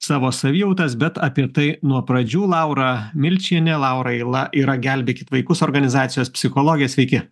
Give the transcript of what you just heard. savo savijautas bet apie tai nuo pradžių laura milčienė laurai la yra gelbėkit vaikus organizacijos psichologė sveiki